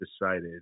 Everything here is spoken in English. Decided